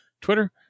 Twitter